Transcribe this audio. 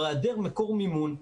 בהיעדר מקור מימון,